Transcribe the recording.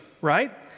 right